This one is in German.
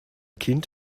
kind